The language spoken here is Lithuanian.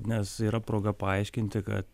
nes yra proga paaiškinti kad